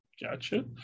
Gotcha